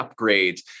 upgrades